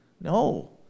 No